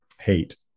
Hate